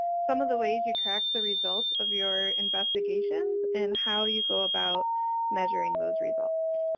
some of the ways you track the results of your investigations, and how you go about measuring those results.